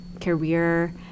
career